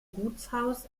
gutshaus